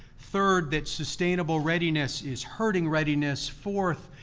third, that sustainable readiness is hurting readiness. fourth,